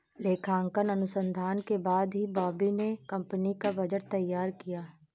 लेखांकन अनुसंधान के बाद ही बॉबी ने कंपनी का बजट तैयार किया